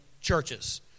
churches